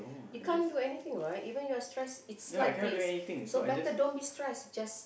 you can't do anything right even you are stress it's like this so don't be stress it's just